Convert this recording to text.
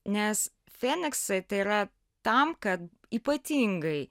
nes feniksai tai yra tam kad ypatingai